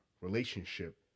relationship